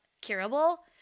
curable